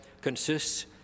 consists